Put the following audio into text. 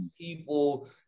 people